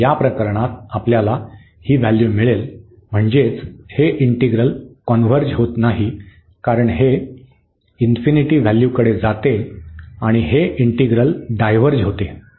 तर या प्रकरणात आपल्याला ही व्हॅल्यू मिळेल म्हणजेच हे इंटीग्रल कॉन्व्हर्ज होत नाही कारण हे व्हॅल्यूकडे जाते आणि हे इंटिग्रल डायव्हर्ज होते